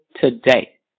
today